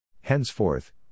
Henceforth